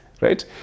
right